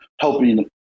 helping